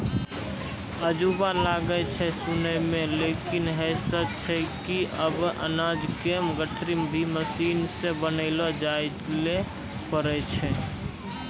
अजूबा लागै छै सुनै मॅ लेकिन है सच छै कि आबॅ अनाज के गठरी भी मशीन सॅ बनैलो जाय लॅ पारै छो